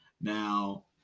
Now